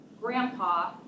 grandpa